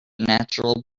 natural